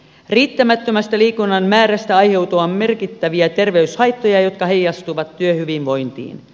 riittämättömästä liikunnan määrästä aiheutuu merkittäviä terveyshaittoja jotka heijastuvat työhyvinvointiin